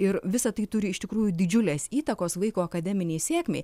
ir visa tai turi iš tikrųjų didžiulės įtakos vaiko akademinei sėkmei